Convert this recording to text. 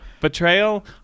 Betrayal